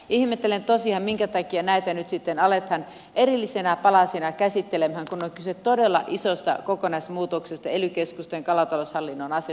ihmettelen tosiaan minkä takia näitä nyt aletaan erillisinä palasina käsittelemään kun on kyse todella isosta kokonaismuutoksesta ely keskusten kalataloushallinnon asioitten hoitamisessa